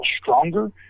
stronger